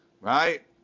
Right